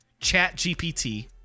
ChatGPT